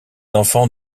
enfants